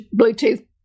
Bluetooth